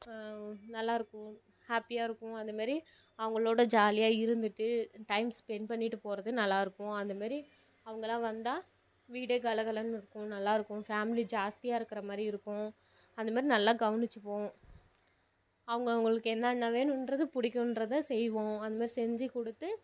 நல்லாயிருக்கும் ஹேப்பியாக இருக்கும் அந்த மாரி அவங்களோட ஜாலியாக இருந்துட்டு டைம் ஸ்பென்ட் பண்ணிகிட்டு போகிறது நல்லாயிருக்கும் அந்த மாரி அவங்களாம் வந்தால் வீடு கல கலன்னு இருக்கும் நல்லாயிருக்கும் ஃபேமிலி ஜாஸ்தியாக இருக்கிற மாதிரி இருக்கும் அந்த மாரி நல்லா கவனிச்சிப்போம் அவங்கவுங்களுக்கு என்னென்ன வேணும்றது பிடிக்குன்றத செய்வோம் அந்த மாதிரி செஞ்சிக் கொடுத்து